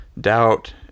doubt